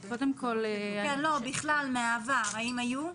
האם היו?